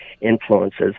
influences